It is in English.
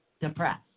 depressed